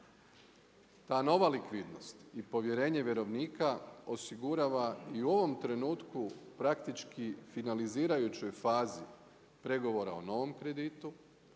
Ta nova likvidnost i povjerenje vjerovnika, osigurava i u ovom trenutku, praktički finalizirajućoj fazi pregovora o novom kreditu,